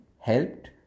helped